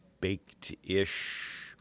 baked-ish